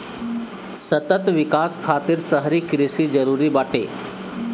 सतत विकास खातिर शहरी कृषि जरूरी बाटे